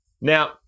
Now